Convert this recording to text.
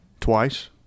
twice